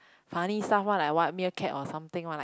funny stuff one like what meerkat or something one like